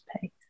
pay